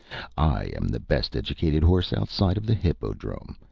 i am the best-educated horse outside of the hippodrome,